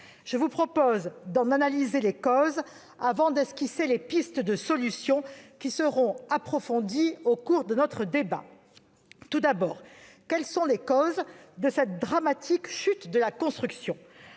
Je vous propose d'en analyser les causes avant d'esquisser des pistes de solutions qui seront approfondies au cours du débat. Tout d'abord, quelles sont les causes de cette dramatique chute de la construction ?